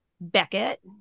Beckett